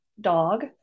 dog